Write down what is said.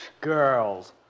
Girls